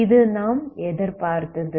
இது நாம் எதிர்பார்த்தது